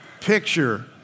picture